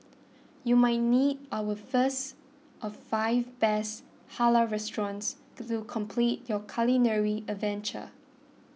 you might need our first of five best Halal restaurants to complete your culinary adventure